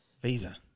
Visa